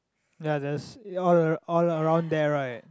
ya that's all all around there right